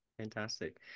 Fantastic